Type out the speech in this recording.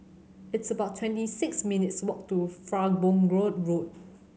it's about twenty six minutes' walk to Farnborough Road